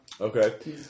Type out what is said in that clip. Okay